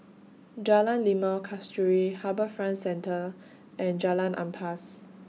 Jalan Limau Kasturi HarbourFront Centre and Jalan Ampas